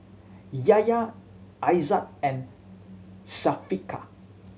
Yahya Aizat and Syafiqah